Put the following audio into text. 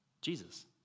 Jesus